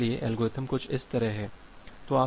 इसलिए एल्गोरिथ्म कुछ इस तरह है